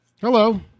Hello